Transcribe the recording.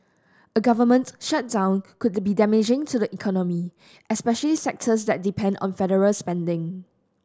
a government shutdown could be damaging to the economy especially sectors that depend on federal spending